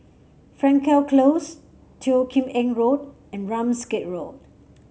Frankel Close Teo Kim Eng Road and Ramsgate Road